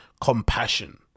compassion